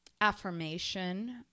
affirmation